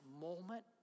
moment